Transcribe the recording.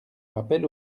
rappel